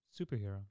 superhero